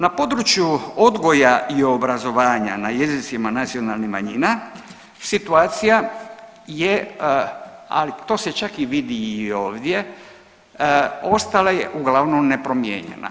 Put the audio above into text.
Na području odgoja i obrazovanja, na jezicima nacionalnih manjina situacija je, ali to se čak i vidi ovdje ostala je uglavnom nepromijenjena.